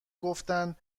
گفتن